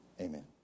Amen